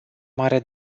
mare